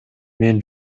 мен